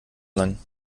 lang